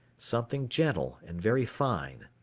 something gentle and very fine.